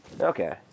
Okay